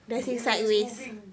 it it was moving